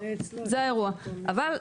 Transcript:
אבל,